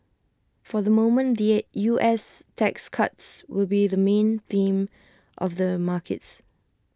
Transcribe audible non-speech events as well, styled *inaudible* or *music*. for the moment the *unintelligible* U S tax cuts will be the main theme of the markets